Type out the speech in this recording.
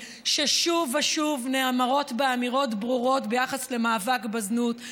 ששוב ושוב נאמרות בה אמירות ברורות ביחס למאבק בזנות,